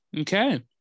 Okay